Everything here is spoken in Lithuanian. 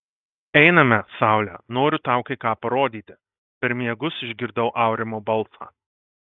einame saule noriu tau kai ką parodyti per miegus išgirdau aurimo balsą